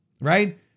right